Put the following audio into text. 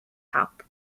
help